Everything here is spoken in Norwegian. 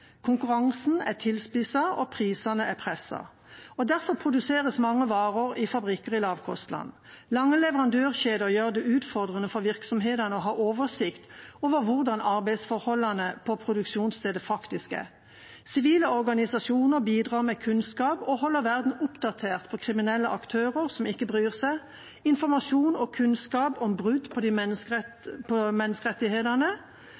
Konkurransen er tilspisset og prisene presset. Derfor produseres mange varer i fabrikker i lavkostland. Lange leverandørkjeder gjør det utfordrende for virksomhetene å ha oversikt over hvordan arbeidsforholdene på produksjonsstedet faktisk er. Sivile organisasjoner bidrar med kunnskap og holder verden oppdatert om kriminelle aktører som ikke bryr seg, med informasjon og kunnskap om brudd på